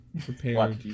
prepared